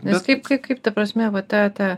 nes kaip kai kaip ta prasme va tą tą